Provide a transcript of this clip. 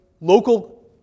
local